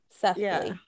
seth